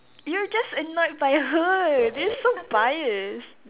you're just annoyed by her that's so biased